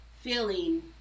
feeling